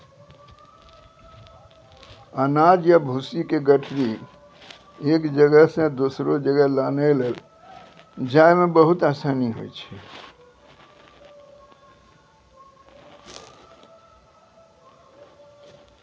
अनाज या भूसी के गठरी एक जगह सॅ दोसरो जगह लानै लै जाय मॅ बहुत आसानी होय छै